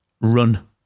run